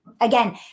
Again